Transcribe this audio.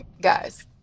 Guys